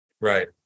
Right